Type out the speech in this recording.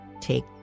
take